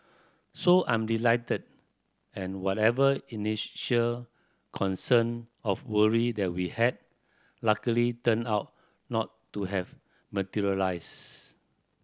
so I'm delighted and whatever initial concern of worry that we had luckily turned out not to have materialise